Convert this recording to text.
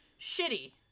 shitty